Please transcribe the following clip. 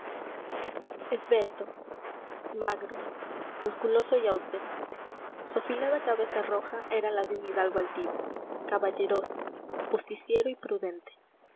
esbelto magro musculoso y austero su afilada cabeza roja era la de un hidalgo altivo caballeroso justiciero y prudente